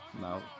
no